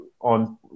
on